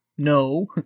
No